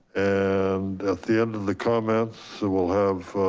and at the end of the comments, will have,